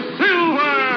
silver